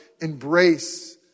embrace